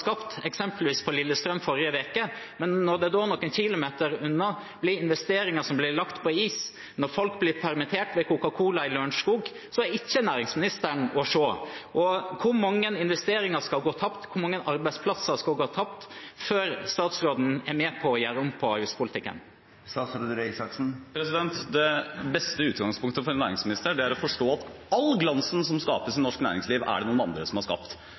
skapt – eksempelvis på Lillestrøm i forrige uke. Men noen kilometer unna ble investeringer blitt lagt på is, da folk ble permittert ved Coca-Cola i Lørenskog. Da er ikke næringsministeren å se. Hvor mange investeringer skal gå tapt, hvor mange arbeidsplasser skal gå tapt, før statsråden er med på å gjøre om på avgiftspolitikken? Det beste utgangspunktet for en næringsminister er å forstå at all glansen som skapes i norsk næringsliv, er det noen andre som har skapt.